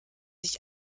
sich